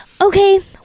Okay